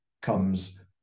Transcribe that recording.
comes